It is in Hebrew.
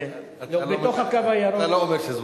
נכון, כן.